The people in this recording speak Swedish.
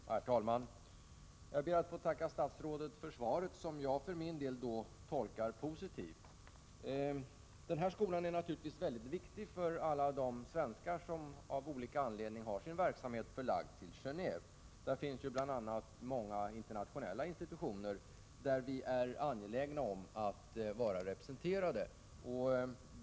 Herr talman! Jag ber att få tacka statsrådet för svaret, som jag för min del tolkar positivt. Skolan i Genéve är viktig för alla de svenskar som av olika anledningar har sin verksamhet förlagd till Genåéve. Där finns bl.a. många internationella institutioner i vilka vi är angelägna om att vara representerade.